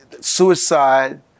Suicide